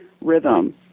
rhythm